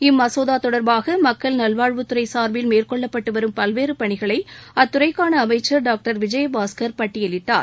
இம்மசோதா தொடர்பாக மக்கள் நல்வாழ்வுத்துறை சார்பில் மேற்கொள்ளப்பட்டு வரும் பல்வேறு பணிகளை அத்துறைக்கான அமைச்சர் டாக்டர் விஜயபாஸ்கர் பட்டியலிட்டார்